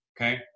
okay